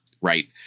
right